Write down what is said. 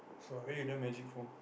so what where you learn magic from